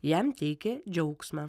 jam teikė džiaugsmą